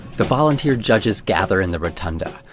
the volunteer judges gather in the rotunda.